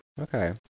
Okay